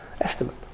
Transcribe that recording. estimate